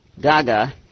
gaga